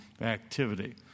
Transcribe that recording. activity